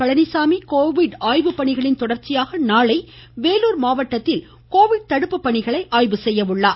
Palaniswami Covid ஆய்வு பணிகளின் தொடர்ச்சியாக நாளை வேலுார் மாவட்டத்தில் கொரோனா தடுப்பு பணிகளை ஆய்வு செய்கிறார்